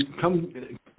come